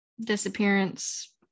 disappearance